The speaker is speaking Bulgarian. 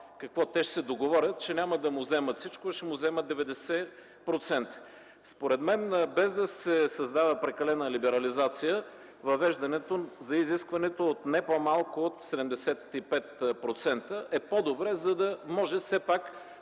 Какво, те ще се договорят, че няма да му вземат всичко, а ще му вземат 90%? Според мен, без да се създава прекалена либерализация, въвеждането за изискването от не по-малко от 75% е по-добре, за да може това